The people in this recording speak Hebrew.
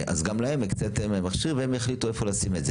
גם להם הקציתם מכשיר והם החליטו איפה לשים אותו.